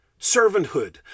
Servanthood